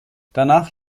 danach